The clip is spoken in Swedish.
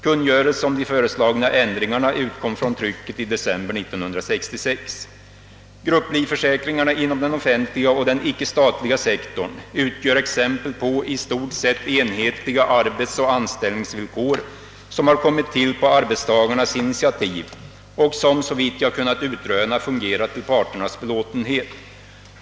Kungörelse om de föreslagna ändringarna utkom från trycket i december 1966. Grupplivförsäkringarna inom den offentliga och den icke-offentliga sektorn utgör exempel på i stort sett enhetliga arbetseller anställningvillkor, som har kommit till på arbetstagarnas initiativ och som såvitt jag kunnat utröna fungerat till parternas belåtenhet.